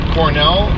Cornell